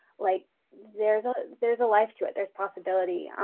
like there's, a there's a life to it. there's possibility. um,